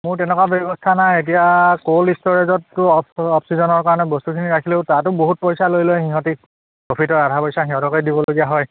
মোৰ তেনেকুৱা ব্যৱস্থা নাই এতিয়া ক'ল্ড ষ্ট'ৰেজতো অ'ফ অ'ফ ছিজনৰ কাৰণে বস্তুখিনি ৰাখিলোঁ তাতো বহুত পইচা লৈ লয় সিহঁতি প্ৰফিটৰ আধা পইচা সিহঁতকে দিবলগীয়া হয়